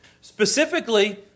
Specifically